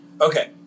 okay